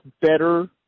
better